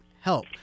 help